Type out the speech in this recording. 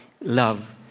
love